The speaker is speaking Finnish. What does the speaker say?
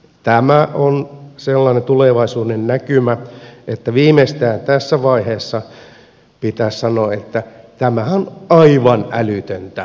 tämä on sellainen tulevaisuudennäkymä että viimeistään tässä vaiheessa pitäisi sanoa että tämähän on aivan älytöntä